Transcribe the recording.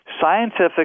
scientific